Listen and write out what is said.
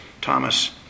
Thomas